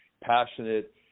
passionate